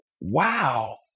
wow